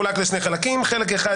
חלק אחד